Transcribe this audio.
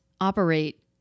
operate